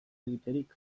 egiterik